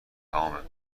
تمومه